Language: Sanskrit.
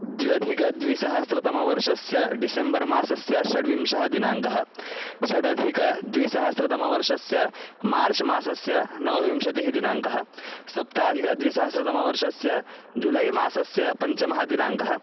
द्व्यधिकद्विसहस्रतमवर्षस्य डिसेम्बर् मासस्य षड्विंशः दिनाङ्कः षडधिकद्विसहस्रतमवर्षस्य मार्च् मासस्य नवविंशतिः दिनाङ्कः सप्ताधिकद्विसहस्रतमवर्षस्य जुलै मासस्य पञ्चमः दिनाङ्कः